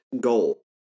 goal